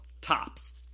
Tops